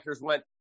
went